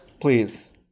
Please